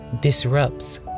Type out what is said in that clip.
disrupts